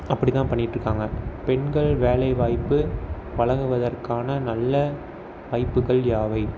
அப்படிதான் பண்ணிகிட்ருக்காங்க பெண்கள் வேலை வாய்ப்பு பழகுவதற்கான நல்ல வாய்ப்புகள் யாவை